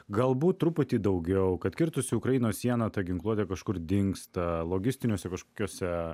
galbūt truputį daugiau kad kirtusi ukrainos sieną ta ginkluotė kažkur dingsta logistiniuose kažkokiuose